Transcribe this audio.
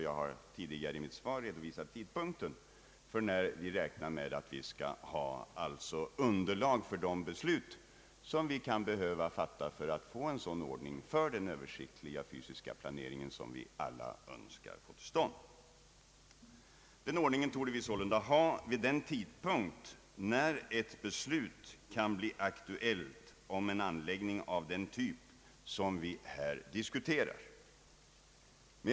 Jag har tidigare i mitt svar redovisat när vi räknar med att ha underlag för de beslut, som vi kan behöva fatta om en sådan ordning för den översiktliga fysiska planeringen som vi alla önskar få till stånd. Den ordningen torde vi ha vid den tidpunkt när ett beslut om en anläggning av den typ som vi här diskuterar kan bli aktuellt.